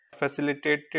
facilitated